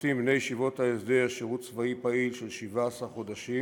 משרתים בני ישיבות ההסדר שירות צבאי פעיל של 17 חודשים,